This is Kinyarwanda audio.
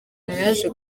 yaje